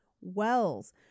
Wells